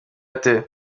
ate